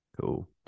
cool